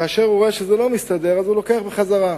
וכאשר הוא רואה שזה לא מסתדר, הוא לוקח בחזרה.